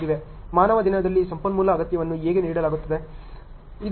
ಮಾನವ ದಿನಗಳಲ್ಲಿ ಸಂಪನ್ಮೂಲ ಅಗತ್ಯವನ್ನು ಹಾಗೆ ನೀಡಲಾಗುತ್ತದೆ